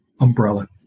umbrella